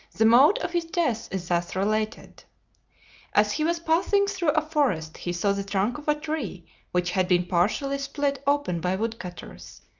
the mode of his death is thus related as he was passing through a forest he saw the trunk of a tree which had been partially split open by wood cutters,